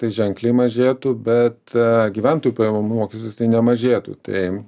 tai ženkliai mažėtų bet gyventojų pajamų mokestis tai nemažėtų tai